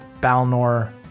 Balnor